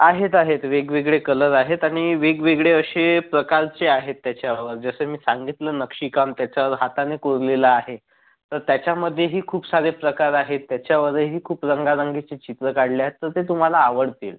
आहेत आहेत वेगवेगळे कलर आहेत आणि वेगवेगळे असे प्रकारचे आहे त्याच्यावर जसे मी सांगितलं नक्षीकाम त्याच्यावर हाताने कोरलेलं आहे तर त्याच्यामध्येही खूप सारे प्रकार आहेत त्याच्यावरही खूप रंगारंगाची चित्र काढली आहेत तर ते तुम्हाला आवडतील